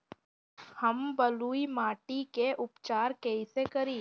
हम बलुइ माटी के उपचार कईसे करि?